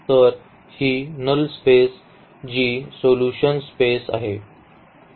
तर ही null space जी सोल्यूशन स्पेस आहे